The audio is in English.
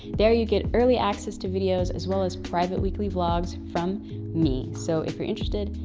there you get early access to videos as well as private weekly blogs from me. so if you're interested,